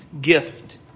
gift